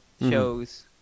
shows